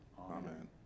Amen